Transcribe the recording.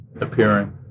appearing